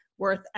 Worth